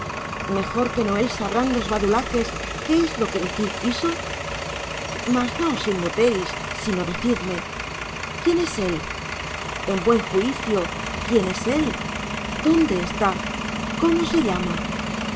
mejor que no él sabrán los badulaques que es lo que decir quiso mas no os inmutéis sino decidme quien es él en buen juicio quien es él donde está cómo se llama